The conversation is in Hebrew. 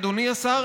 אדוני השר,